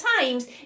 times